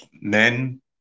men